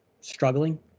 struggling